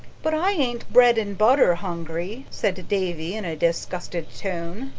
but i ain't bread and butter hungry, said davy in a disgusted tone.